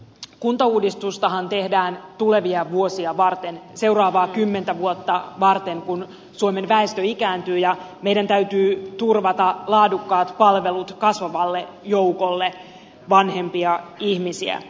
kuntauudistustahan tehdään tulevia vuosia varten seuraavaa kymmentä vuotta varten kun suomen väestö ikääntyy ja meidän täytyy turvata laadukkaat palvelut kasvavalle joukolle vanhempia ihmisiä